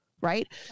right